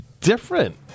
different